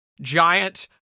giant